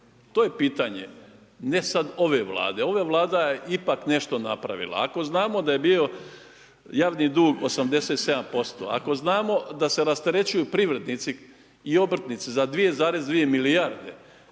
To je pitanje. Ne sad ove Vlada, ova Vlada je ipak nešto napravila ako znamo da je bio javni dug 87%, ako znamo da se rasterećuju privrednici i obrtnici za 2,2 milijarde